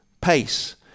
pace